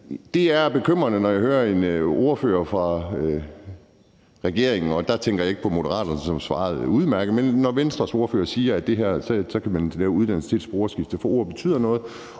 Det er bekymrende, når jeg hører en ordfører fra regeringen – og der tænker jeg ikke på Moderaternes ordfører, som svarede udmærket, men på Venstres ordfører – sige det her om, at man kan bruge en uddannelse til et sporskifte. For ord betyder noget.